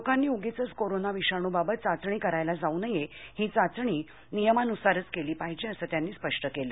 लोकांनी उगाचच कोरोना विषाणूबाबत चाचणी करायला जाऊ नये ही चाचणी नियमानुसारच केली पाहिजे असं त्यांनी स्पष्ट केलं